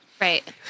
Right